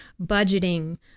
budgeting